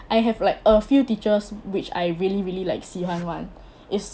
I have like a few teachers which I really really like 喜欢 [one] is